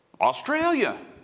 Australia